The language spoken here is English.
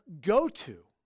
go-to